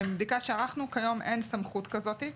מבדיקה שערכנו, היום אין סמכות כזאת.